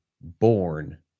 born